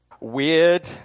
Weird